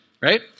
right